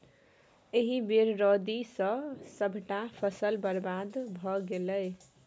एहि बेर रौदी सँ सभटा फसल बरबाद भए गेलै